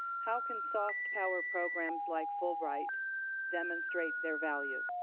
how can soft power programs like fulbright demonstrate their value?